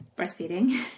breastfeeding